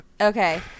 Okay